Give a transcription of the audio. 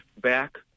back